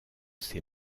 ses